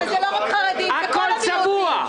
הכול צבוע.